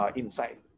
inside